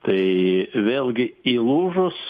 tai vėlgi įlūžus